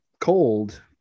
cold